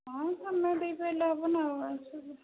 ହଁ ସମୟ ଦେଇପାରିଲେ ହେବ ନା ଆଉ